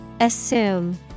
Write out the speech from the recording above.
Assume